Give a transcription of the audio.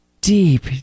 deep